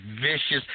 vicious